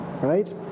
Right